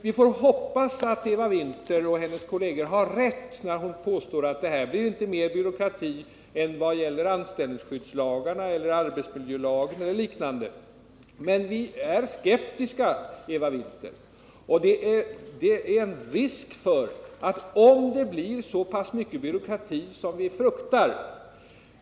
Jag hoppas att Eva Winther och hennes kolleger har rätt, när hon påstår att det inte blir mera byråkrati på det här området än när det gäller anställningsskyddslagarna, arbetsmiljölagen och liknande. Men vi är skeptiska, Eva Winther, och det är risk för att det blir så pass mycket byråkrati som vi fruktar.